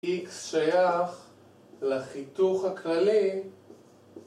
x שייך לחיתוך הכללי